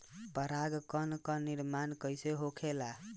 पराग कण क निर्माण कइसे होखेला?